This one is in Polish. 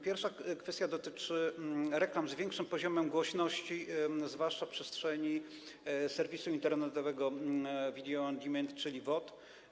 Pierwsza kwestia dotyczy reklam z większym poziomem głośności, zwłaszcza w przestrzeni serwisu internetowego video on demand, czyli VOD.